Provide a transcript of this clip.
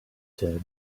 said